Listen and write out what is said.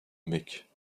mecque